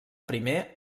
primer